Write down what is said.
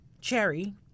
cherry